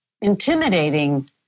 intimidating